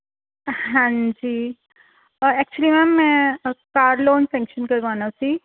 ਹਾਂਜੀ actually ma'am ਮੈਂ car loan sanction ਕਰਵਾਉਣਾ ਸੀ